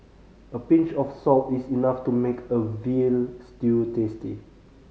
a pinch of salt is enough to make a veal stew tasty